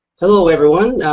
hello everyone.